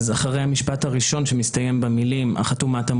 אחרי המשפט הראשון שמסתיים במלים "החתום מטה